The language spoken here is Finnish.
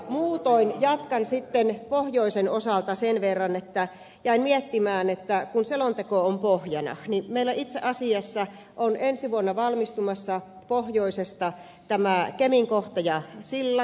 muutoin jatkan sitten pohjoisen osalta sen verran että jäin miettimään että kun selonteko on pohjana niin meillä itse asiassa on ensi vuonna valmistumassa pohjoisesta kemin kohta ja sillat